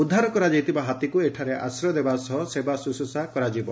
ଉଦ୍ଧାର କରାଯାଇଥିବା ହାତୀକୁ ଏଠାରେ ଆଶ୍ରୟ ଦେବା ସହ ସେବା ଓ ଶୁଶ୍ରଷା କରାଯିବ